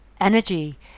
energy